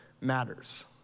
matters